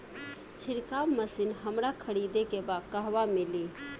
छिरकाव मशिन हमरा खरीदे के बा कहवा मिली?